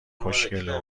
خوشگله